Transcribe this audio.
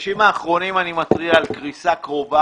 בחודשים האחרונים אני מתריע על קריסה קרובה